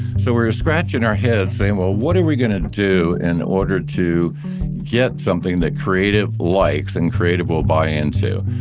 so we were scratching our heads, saying, what are we going to do in order to get something that creative likes and creative will buy into?